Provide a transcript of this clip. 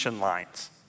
lines